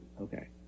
Okay